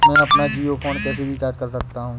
मैं अपना जियो फोन कैसे रिचार्ज कर सकता हूँ?